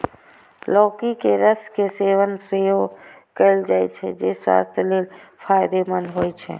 लौकी के रस के सेवन सेहो कैल जाइ छै, जे स्वास्थ्य लेल फायदेमंद होइ छै